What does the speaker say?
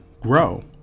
grow